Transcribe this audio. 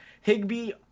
Higby